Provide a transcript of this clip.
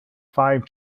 five